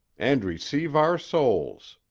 and receive our souls